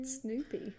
Snoopy